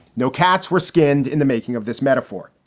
no cats were skinned in the making of this metaphore